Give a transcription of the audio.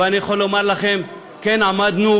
אבל אני יכול לומר לכם שכן עמדנו,